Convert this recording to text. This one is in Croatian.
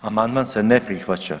Amandman se ne prihvaća.